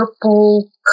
purple